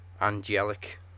angelic